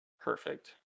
Perfect